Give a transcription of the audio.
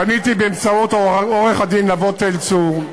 פניתי באמצעות עורך-הדין נבות תל-צור,